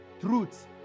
Truth